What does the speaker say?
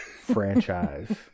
franchise